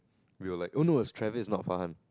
we were like no no Trivers is not fun